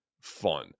fun